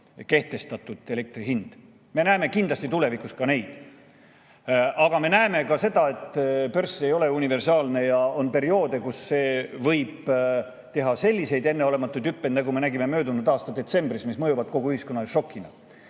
kehtestatud elektri hind. Me näeme kindlasti tulevikus ka seda. Aga me näeme ka seda, et börs ei ole universaalne ja on perioode, kus see võib teha selliseid enneolematuid hüppeid, nagu me nägime möödunud aasta detsembris, mis mõjuvad kogu ühiskonnale šokina.